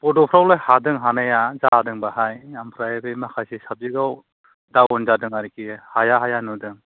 बड'फोरावलाय हादों हानाया जादों बाहाय ओमफ्राय बै माखासे साबजेक्टआव दाउन जादों आरोखि हाया हाया नुदों